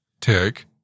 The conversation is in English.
Tick